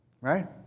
Right